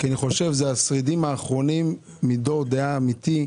אלה השרידים האחרונים מדור דעה אמיתי,